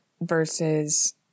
versus